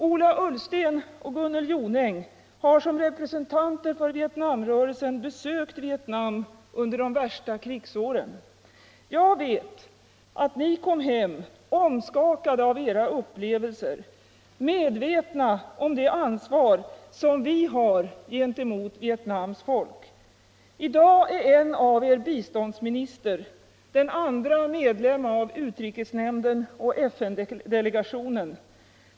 Ola Ullsten och Gunnel Jonäng har som representanter för Vietnamrörelsen besökt Vietnam under de värsta krigsåren. Jag vet att ni kom hem omskakade av era upplevelser, medvetna om det ansvar som vi har gentemot Vietnams folk. I dag är en av er biståndsminister, den andra medlem av utrikesnämnden och FN-delegationen.